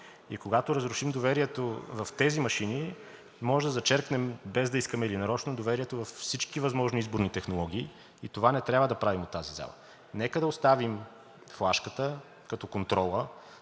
И когато разрушим доверието в тези машини, можем да зачеркнем, без да искаме или нарочно, доверието във всички възможни изборни технологии и това не трябва да правим от тази зала. Нека да оставим флашката като контрола,